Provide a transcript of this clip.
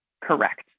Correct